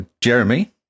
Jeremy